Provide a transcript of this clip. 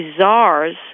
czars